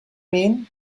mean